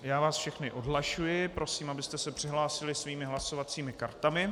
Já vás všechny odhlašuji a prosím, abyste se přihlásili svými hlasovacími kartami.